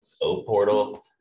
O-Portal